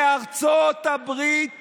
בארצות הברית